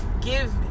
give